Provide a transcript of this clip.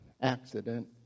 accident